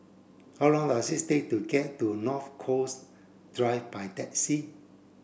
how long does it take to get to North Coast Drive by taxi